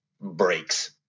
breaks